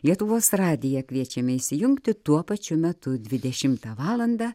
lietuvos radiją kviečiame įsijungti tuo pačiu metu dvidešimtą valandą